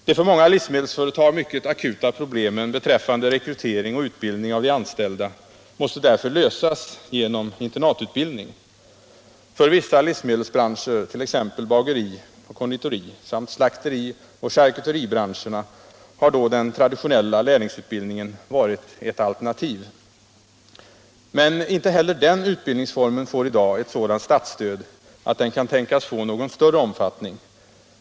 De för många livsmedelsföretag mycket akuta problemen beträffande rekrytering och utbildning av de anställda måste därför lösas genom internatutbildning. För vissa livsmedelsbranscher, t.ex. bageri och konditori samt slakteri och charkuteribranscherna har då den traditionella lärlingsutbildningen varit ett alternativ. Men inte heller den utbildningsformen får i dag ett sådant statsstöd att den kan tänkas bli av någon större omfattning.